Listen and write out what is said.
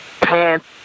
pants